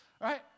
Right